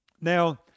Now